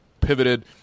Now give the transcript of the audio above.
pivoted